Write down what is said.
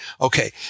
Okay